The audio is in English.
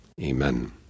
Amen